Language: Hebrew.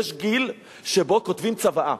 יש גיל שבו כותבים צוואה.